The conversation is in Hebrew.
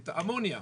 את האמוניה.